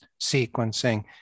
sequencing